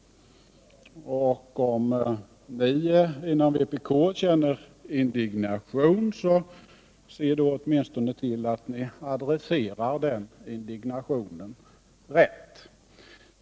Om ni inom vpk känner indignation, se då åtminstone till att ni adresserar den indignationen rätt!